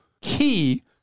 key